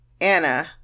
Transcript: Anna